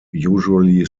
usually